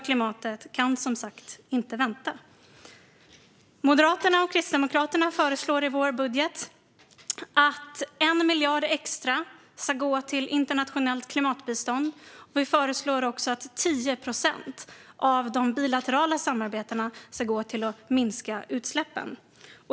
Klimatet kan som sagt inte vänta. Vi i Moderaterna och Kristdemokraterna föreslår i vår budget att 1 miljard extra ska gå till internationellt klimatbistånd. Vi föreslår också att 10 procent av satsningarna på bilaterala samarbeten ska gå till att minska utsläppen.